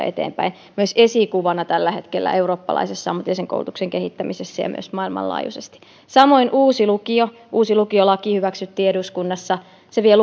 eteenpäin se on myös esikuvana tällä hetkellä eurooppalaisessa ammatillisen koulutuksen kehittämisessä ja myös maailmanlaajuisesti samoin uusi lukiolaki hyväksyttiin eduskunnassa se vie